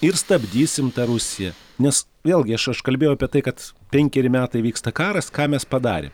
ir stabdysim tą rusiją nes vėlgi aš aš kalbėjau apie tai kad penkeri metai vyksta karas ką mes padarėm